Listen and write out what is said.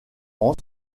france